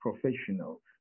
professionals